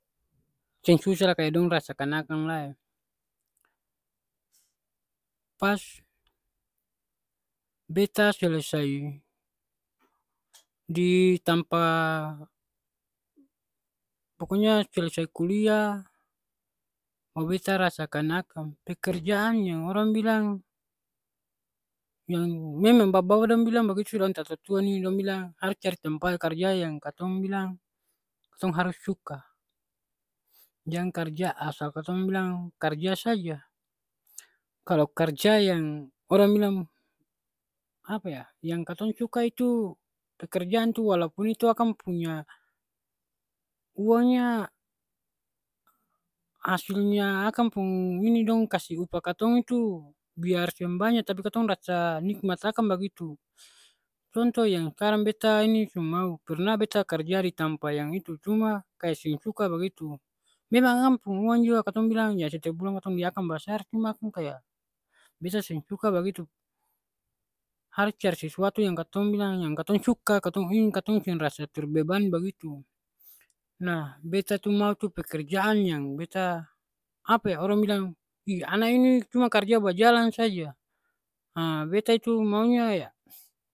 Seng susah lai kaya dong rasakan akang lai. Pas beta selesai di tampa pokonya selesai kuliah baru beta rasakan akang. Pekerjaan yang orang bilang, memang bapa bapa dong bilang bagitu sudah, orang tatatua ni dong bilang harus cari tempat karja yang katong bilang, katong harus suka. Jang karja asal katong bilang karja saja. Kalo karja yang orang bilang apa ya, yang katong suka itu, pekerjaan tu walaupun itu akang punya uangnya hasilnya akang pung ini dong kasi upah katong itu biar seng banya tapi katong rasa nikmat akang bagitu. Contoh yang skarang beta ini su mau, pernah beta karja di tampa yang itu, cuma kaya seng suka bagitu. Memang akang pung uang jua katong bilang ya setiap bulan katong lia akang basar cuma akang kaya beta seng suka bagitu. Harus cari sesuatu yang katong bilang yang katong suka, katong ingin, katong seng rasa terbeban bagitu. Nah beta tu mau tu pekerjaan yang beta apa e orang bilang, ih ana ini cuma karja bajalang saja, ha beta itu maunya ya